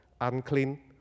unclean